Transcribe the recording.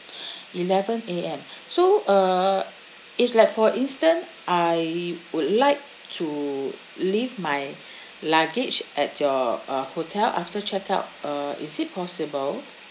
eleven A_M so uh it's like for instance I would like to leave my luggage at your uh hotel after check out uh is it possible